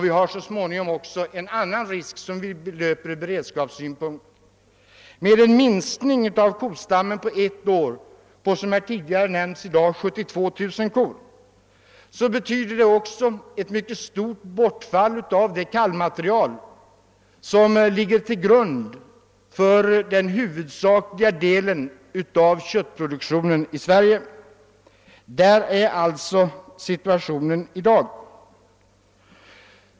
Vi löper så småningom också en annan risk från beredskapssynpunkt. En minskning av kostammen på ett år med — den siffran har nämnts tidigare i dag — 72 000 kor medför också ett mycket stort bortfall av det kalvmaterial som ligger till grund för den huvudsakliga delen av köttproduktionen i Sverige. Det är situationen i dag.